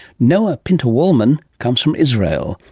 noa pinter-wollman comes from israel,